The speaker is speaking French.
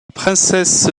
princesse